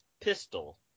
pistol